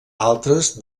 altres